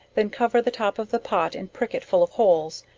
then cover the top of the pot and prick it full of holes,